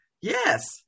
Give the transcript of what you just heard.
Yes